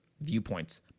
viewpoints